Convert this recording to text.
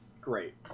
great